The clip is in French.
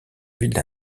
ville